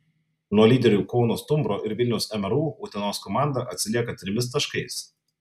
nuo lyderių kauno stumbro ir vilniaus mru utenos komanda atsilieka trimis taškais